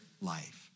life